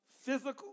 physical